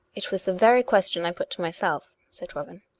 it was the very question i put to myself, said robin.